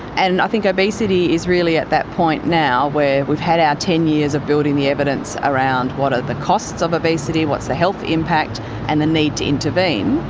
and i think obesity is really at that point now where we've had our ten years of building the evidence around what are the costs of obesity, what's the health impact and the need to intervene.